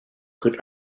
could